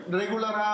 regular